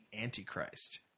Antichrist